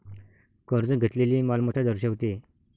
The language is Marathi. कर्ज घेतलेली मालमत्ता दर्शवते